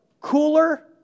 cooler